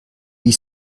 wie